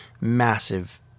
massive